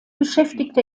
beschäftigte